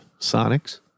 Sonics